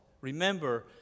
remember